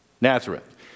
Nazareth